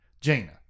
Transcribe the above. Jaina